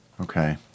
Okay